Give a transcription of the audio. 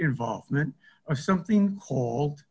involvement of something called